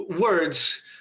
words